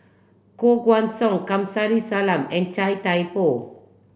Koh Guan Song Kamsari Salam and Chia Thye Poh